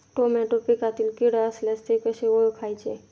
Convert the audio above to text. Tomato पिकातील कीड असल्यास ते कसे ओळखायचे?